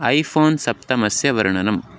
iPhone सप्तमस्य वर्णनम्